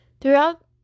Throughout